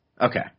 Okay